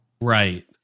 Right